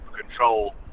control